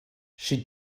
she